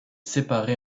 séparé